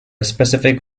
specific